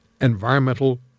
environmental